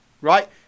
Right